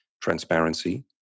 transparency